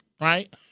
right